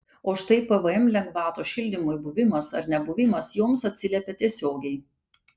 o štai pvm lengvatos šildymui buvimas ar nebuvimas joms atsiliepia tiesiogiai